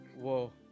Whoa